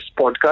podcast